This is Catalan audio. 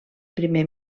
primer